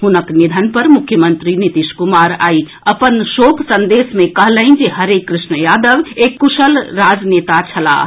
हुनक निधन पर मुख्यमंत्री नीतीश कुमार आई अपन शोक संदेश मे कहलनि जे हरे कृष्ण यादव एक कुशल राजनेता छलाह